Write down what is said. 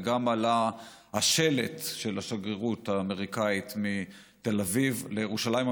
וגם עלה השלט של השגרירות האמריקנית מתל אביב לירושלים,